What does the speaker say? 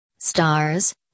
stars